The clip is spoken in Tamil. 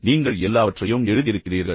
நீங்கள் எல்லாவற்றையும் எழுதியிருக்கிறீர்கள்